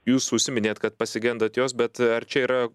jūs užsiminėt kad pasigendat jos bet ar čia yra